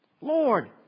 Lord